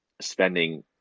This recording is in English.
spending